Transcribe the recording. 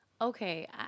Okay